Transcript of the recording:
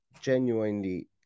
genuinely